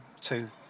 two